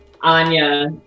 Anya